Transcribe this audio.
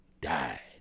died